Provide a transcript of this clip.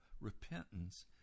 repentance